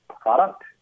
product